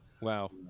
wow